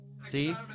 See